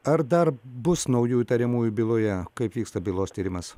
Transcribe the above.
ar dar bus naujų įtariamųjų byloje kaip vyksta bylos tyrimas